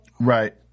Right